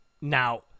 Now